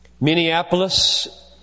Minneapolis